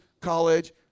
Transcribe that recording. college